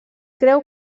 creu